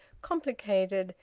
complicated,